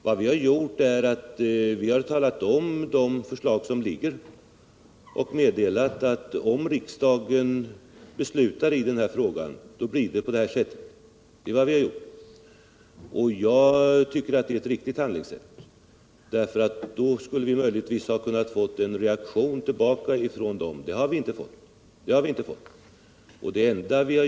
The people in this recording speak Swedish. Vad vi har gjort är att vi talat om det förslag som ligger och sagt, att om riksdagen beslutar i enlighet med förslaget blir det så och så. Jag tycker att det är ett riktigt handlingssätt, för då kan vi möjligen få en reaktion tillbaka från de andra länderna. Men det har vi inte fått.